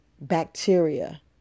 bacteria